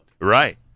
Right